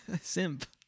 simp